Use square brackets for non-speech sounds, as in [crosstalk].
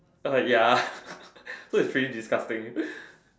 err ya [laughs] so it's pretty disgusting